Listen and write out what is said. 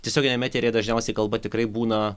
tiesioginiame eteryje dažniausiai kalba tikrai būna